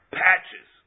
patches